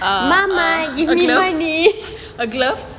ah ah a gloves